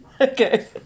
Okay